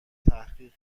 تحقیق